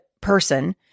person